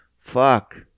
fuck